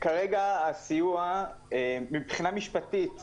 כרגע מבחינה משפטית,